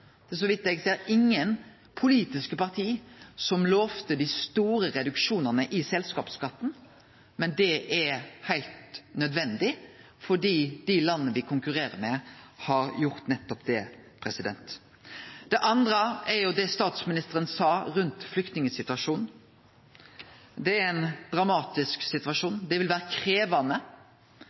Så vidt eg veit, er det ingen politiske parti som har lovt dei store reduksjonane i selskapsskatten, men det er heilt nødvendig fordi dei landa me konkurrerer med, har gjort nettopp det. Det andre er det statsministeren sa om flyktningsituasjonen. Det er ein dramatisk situasjon, som vil vere krevjande.